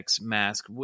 mask